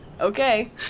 Okay